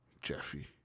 Jeffy